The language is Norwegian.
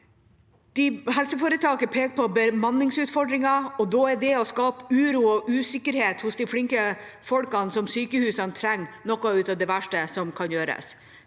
Helseforetaket pekte på bemanningsutfordringer, og da er det å skape uro og usikkerhet hos de flinke folkene som sykehusene trenger, noe av det verste man kan gjøre.